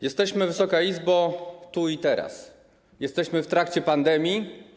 Jesteśmy, Wysoka Izbo, tu i teraz, jesteśmy w trakcie pandemii.